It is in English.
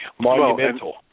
Monumental